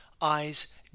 eyes